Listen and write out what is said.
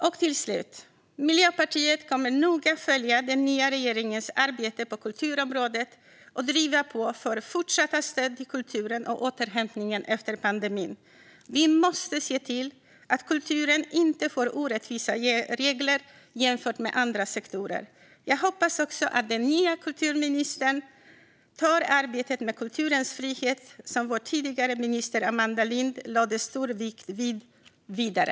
Miljöpartiet kommer noga att följa den nya regeringens arbete på kulturområdet och driva på för fortsatta stöd till kulturen och återhämtningen efter pandemin. Vi måste se till att kulturen inte får orättvisa regler jämfört med andra sektorer. Jag hoppas också att den nya kulturministern tar arbetet med kulturens frihet, som vår tidigare minister Amanda Lind lade stor vikt vid, vidare.